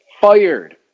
fired